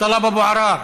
טלב אבו עראר,